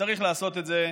צריך לעשות את זה,